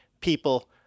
people